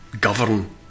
govern